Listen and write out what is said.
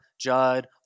Judd